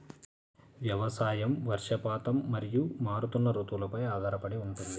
వ్యవసాయం వర్షపాతం మరియు మారుతున్న రుతువులపై ఆధారపడి ఉంటుంది